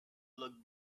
look